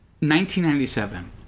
1997